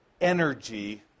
energy